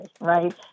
right